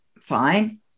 Fine